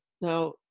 Now